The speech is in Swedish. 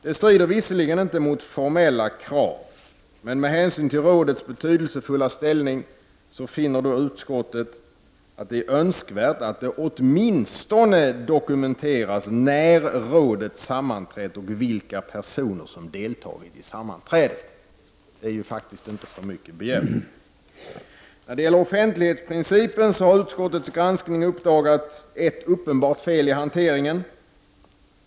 Det strider visserligen inte mot formella krav, men med hänsyn till rådets betydelsefulla ställning finner utskottet att det är önskvärt att det åtminstone dokumenteras när rådet sammanträtt och vilka personer som deltagit i sammanträdet. Det är ju faktiskt inte för mycket begärt. När det gäller offentlighetsprincipen har utskottets granskning uppdagat ett uppenbart fel i hanteringen.